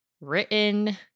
written